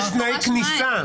יש תנאי כניסה.